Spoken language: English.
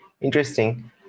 Interesting